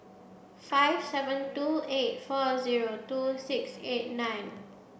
five seven two eight four zero two six eight nine